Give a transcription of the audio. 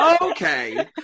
Okay